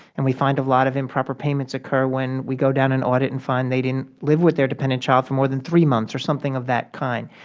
and we find a lot of improper payments occur when we go down an audit and find they didn't live with their dependent child for more than three months, or something of that kind.